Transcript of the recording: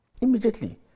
immediately